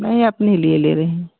नहीं अपने लिए ले रही हूँ